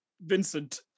Vincent